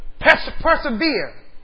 persevere